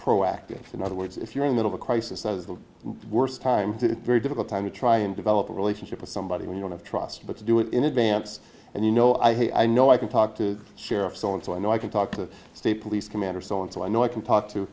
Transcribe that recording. proactive in other words if you're in that of a crisis i was the worst time to very difficult time to try and develop a relationship with somebody when you don't have trust but to do it in advance and you know i have i know i can talk to sheriff so and so i know i can talk to the state police commander so and so i know i can talk to